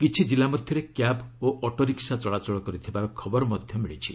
କିଛି ଜିଲ୍ଲା ମଧ୍ୟରେ କ୍ୟାବ୍ ଓ ଅଟୋରିକ୍କା ଚଳାଚଳ କରିଥିବାର ମଧ୍ୟ ଖବର ମିଳିଛି